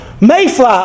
mayfly